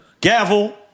Gavel